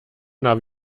nah